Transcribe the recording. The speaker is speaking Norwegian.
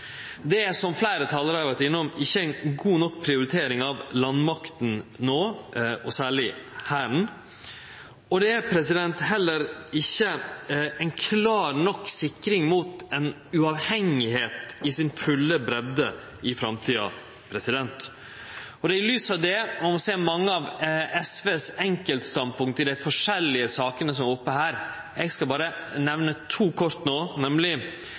Det er, som fleire talarar har vore innom, ikkje ei god nok prioritering av landmakta – og særleg Hæren – no. Det er heller ikkje ei klar nok sikring av eit sjølvstende i heile si breidd i framtida. Det er i lys av det ein må sjå mange av SVs enkeltstandpunkt i dei forskjellige sakene som er oppe. Eg skal no berre nemne to av dei kort.